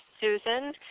Susan